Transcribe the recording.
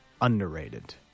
underrated